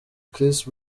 chris